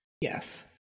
yes